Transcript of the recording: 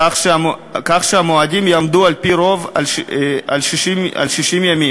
כך שהמועדים יהיו על-פי רוב 60 ימים,